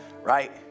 right